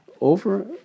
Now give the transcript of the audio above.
Over